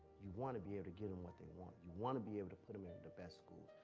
you want to be able to get them what they want. you want to be able to put them in the best schools.